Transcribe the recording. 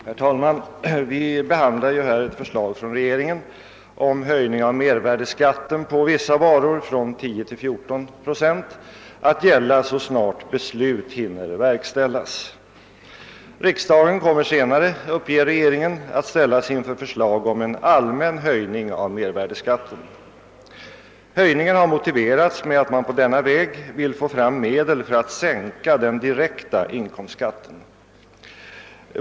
Herr talman! Vi behandlar här ett förslag från regeringen om höjning av mervärdeskatten på vissa varor från 10 till 14 procent att gälla så snart beslut hinner verkställas. Riksdagen kommer senare, uppger regeringen, att ställas inför förslag om en allmän höjning av mervärdeskatten. Höjningen har motiverats med att man på denna väg vill få fram medel för att sänka den direkta inkomstskatten.